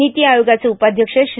नीती आयोगाचे उपाध्यक्ष श्री